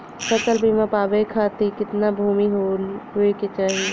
फ़सल बीमा पावे खाती कितना भूमि होवे के चाही?